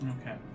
Okay